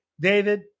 David